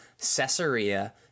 Caesarea